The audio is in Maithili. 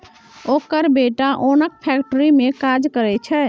ओकर बेटा ओनक फैक्ट्री मे काज करय छै